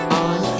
on